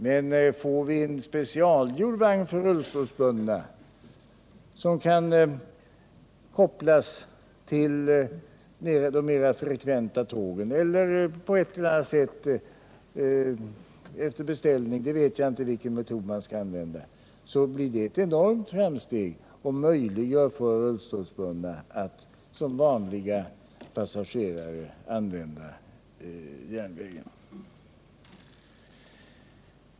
Men får vi en specialgjord vagn för rullstolsbundna, vilken kan kopplas till de mindre frekventa tågen eller på ett eller annat sätt beställas — jag vet inte vilken metod man skall använda — blir det ett enormt framsteg, som möjliggör för rullstolsbundna att som vanliga passagerare använda järnvägen.